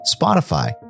Spotify